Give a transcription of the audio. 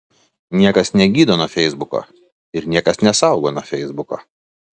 niekas negydo nuo feisbuko ir niekas nesaugo nuo feisbuko